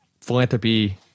philanthropy